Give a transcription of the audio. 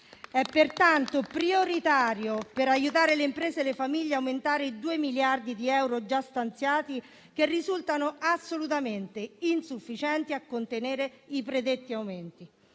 È pertanto prioritario, per aiutare le imprese e le famiglie, aumentare i 2 miliardi di euro già stanziati, che risultano assolutamente insufficienti a contenere i predetti aumenti.